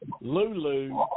Lulu